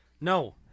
no